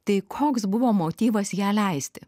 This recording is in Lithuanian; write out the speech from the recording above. tai koks buvo motyvas ją leisti